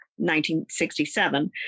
1967